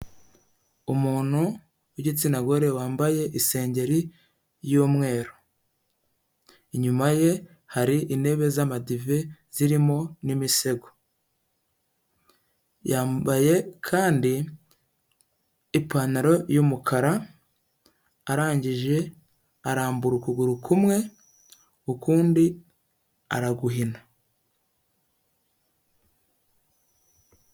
Umuntu w'igitsina gore wambaye isengeri y'umweru, inyuma ye hari intebe z'amadive zirimo n'imisego, yambaye kandi ipantaro y'umukara, arangije arambura ukuguru kumwe ukundi araguhina.